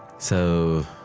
so,